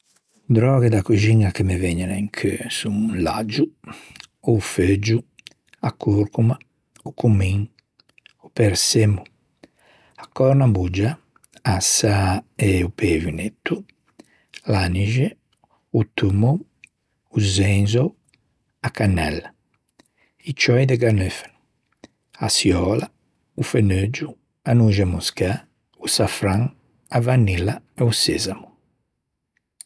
Dròghe da coxiña che me vegnen i cheu son: l'aggio, o öfeuggio, a corcoma, o comin, o persemmo, a cornabuggia, a sâ e o pevionetto, l'anixe, o tummou, o zenzeo, a canella, i ciôi de ganeuffano, a çioula, o feneuggio, a nôxe moscâ, o safran, a vanilla e o sesamo.